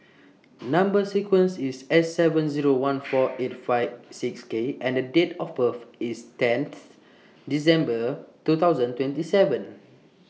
Number sequence IS S seven Zero one four eight five six K and The Date of birth IS tenth December two thousand twenty seven